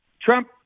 Trump